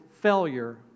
failure